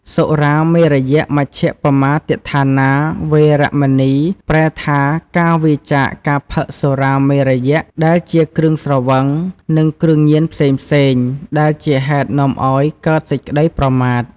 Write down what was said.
សុរាមេរយមជ្ជប្បមាទដ្ឋានា វេរមណី ប្រែថា ការវៀរចាកការផឹកសុរាមេរ័យ ដែលជា គ្រឿងស្រវឹង និងគ្រឿងញៀនផ្សេងៗ ដែលជាហេតុនាំឲ្យកើតសេចក្តីប្រមាទ។